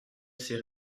ces